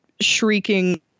shrieking